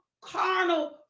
carnal